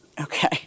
okay